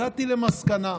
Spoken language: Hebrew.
הגעתי למסקנה,